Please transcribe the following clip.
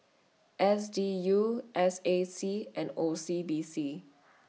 S D U S A C and O C B C